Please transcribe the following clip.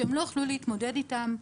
שהם לא יוכלו להתמודד איתן.